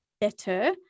better